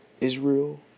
Israel